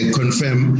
confirm